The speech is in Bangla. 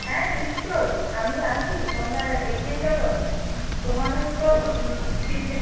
হ্যাঁ নিশ্চয়ই আমি আছি তোমরা এগিয়ে চলো তোমাদের তো ফিটনেস